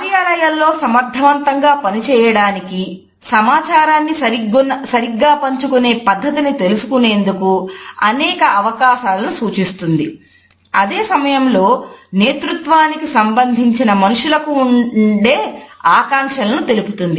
కార్యాలయాల్లో సమర్థవంతంగా పనిచేయడానికి సమాచారాన్ని సరిగ్గా పంచుకునే పద్ధతిని తెలుసుకునేందుకు అనేక అవకాశాలను సూచిస్తుంది అదే సమయంలో నేతృత్వానికి సంబంధించిన మనుషులకు ఉండే ఆకాంక్షలను తెలుపుతుంది